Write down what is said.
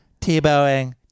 Tebowing